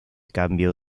cambio